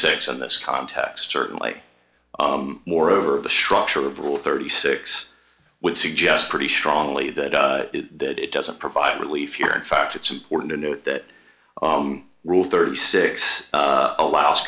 six in this context certainly moreover the structure of rule thirty six would suggest pretty strongly that that it doesn't provide relief here in fact it's important to note that rule thirty six allows